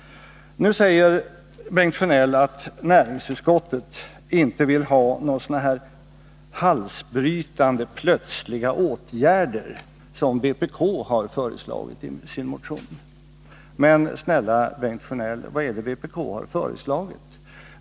Nu säger Bengt Sjönell att näringsutskottet inte vill ha några sådana ”halsbrytande plötsliga åtgärder” som vpk har föreslagit i sin motion. Men, snälla Bengt Sjönell, vad är det vpk har föreslagit? Jo.